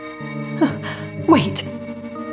Wait